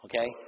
Okay